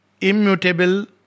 Immutable